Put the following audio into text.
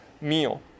meal